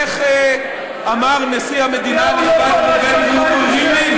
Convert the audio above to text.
איך אמר נשיא המדינה הנכבד ראובן רובי ריבלין?